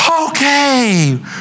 okay